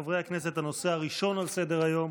חברי הכנסת, הנושא הראשון על סדר-היום,